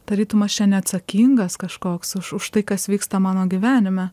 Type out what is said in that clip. tarytum aš čia neatsakingas kažkoks už už tai kas vyksta mano gyvenime